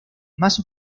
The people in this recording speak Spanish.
más